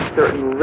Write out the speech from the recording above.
certain